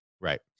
right